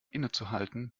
innezuhalten